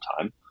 time